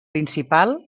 principal